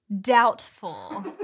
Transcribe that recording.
Doubtful